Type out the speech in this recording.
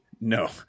No